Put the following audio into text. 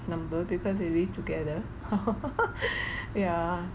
number because they live together yeah